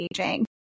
aging